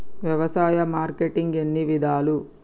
వ్యవసాయ మార్కెటింగ్ ఎన్ని విధాలు?